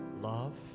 love